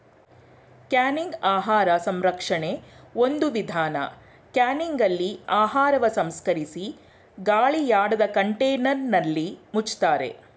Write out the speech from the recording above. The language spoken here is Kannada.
ಕ್ಯಾನಿಂಗ್ ಆಹಾರ ಸಂರಕ್ಷಣೆ ಒಂದು ವಿಧಾನ ಕ್ಯಾನಿಂಗ್ಲಿ ಆಹಾರವ ಸಂಸ್ಕರಿಸಿ ಗಾಳಿಯಾಡದ ಕಂಟೇನರ್ನಲ್ಲಿ ಮುಚ್ತಾರೆ